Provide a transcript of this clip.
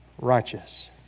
righteous